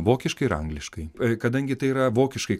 vokiškai ir angliškai kadangi tai yra vokiškai